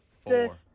Four